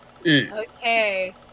Okay